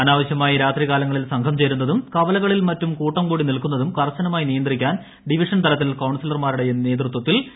അനാവശ്യമായി രാത്രികാലങ്ങളിൽ സംഘം ചേരുന്നതും കവലകളിലും മറ്റും കൂട്ടം കൂടി നിൽക്കുന്നതും കർശനമായി നിയന്ത്രിക്കാൻ ഡിവിഷൻ തലത്തിൽ കൌൺസിലർമാരുടെ നേതൃത്വത്തിൽ ആർ